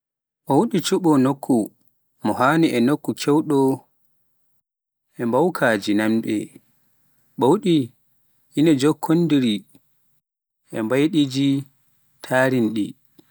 Ɓowɗi ina cuɓoo nokku mo haani e nokku keewɗo e mbaawkaaji ñaamde, Ɓowɗi ina njokkondiri e mbaydiiji taariindi.